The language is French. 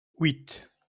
huit